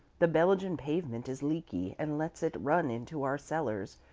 the belgian pavement is leaky, and lets it run into our cellars.